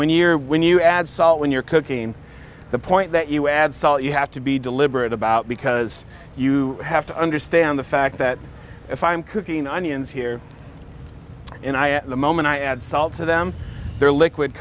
when you're when you add salt when you're cooking the point that you add salt you have to be deliberate about because you have to understand the fact that if i'm cooking onions here and i at the moment i add salt to them they're liquid